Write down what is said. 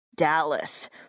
Dallas